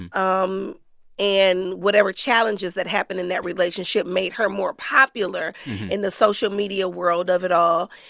and um and whatever challenges that happened in that relationship made her more popular in the social media world of it all.